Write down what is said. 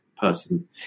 person